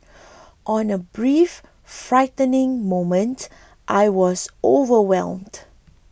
on a brief frightening moment I was overwhelmed